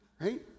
Right